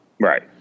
right